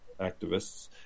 activists